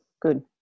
Good